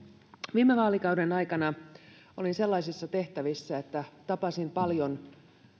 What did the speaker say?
viime vaalikauden aikana olin sellaisissa tehtävissä että tapasin paljon